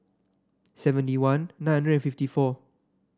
seventy one nine hundred and fifty four